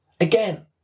again